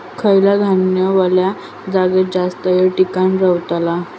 खयला धान्य वल्या जागेत जास्त येळ टिकान रवतला?